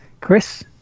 Chris